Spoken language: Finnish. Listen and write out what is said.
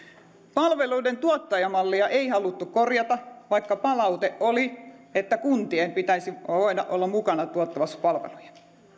palveluiden tuotantomallia ei haluttu korjata vaikka palaute oli että kuntien pitäisi voida olla mukana tuottamassa palveluja